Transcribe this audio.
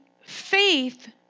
faith